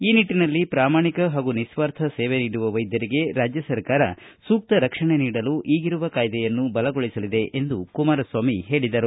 ಈ ನಿಟ್ಟನಲ್ಲಿ ಪ್ರಾಮಾಣಿಕ ಹಾಗೂ ನಿಸ್ವಾರ್ಥ ಸೇವೆ ನೀಡುವ ವೈದ್ಯರಿಗೆ ರಾಜ್ಯ ಸರ್ಕಾರ ಸೂಕ್ತ ರಕ್ಷಣೆ ನೀಡಲು ಈಗಿರುವ ಕಾಯ್ದೆಯನ್ನು ಬಲಗೊಳಿಸಲಿದೆ ಎಂದು ಕುಮಾರಸ್ವಾಮಿ ಹೇಳಿದರು